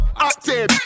Active